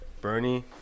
Bernie